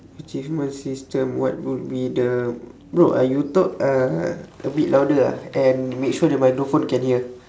achievement system what would be the bro uh you talk uh a bit louder ah and make sure the microphone can hear